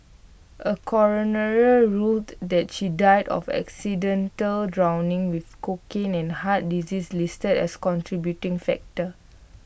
A coroner ruled that she died of accidental drowning with cocaine and heart disease listed as contributing factors